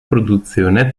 produzione